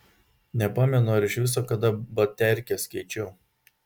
nepamenu ar iš viso kada baterkes keičiau